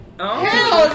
hell